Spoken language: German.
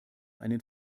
einen